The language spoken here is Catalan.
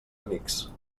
amics